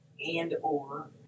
and/or